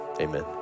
amen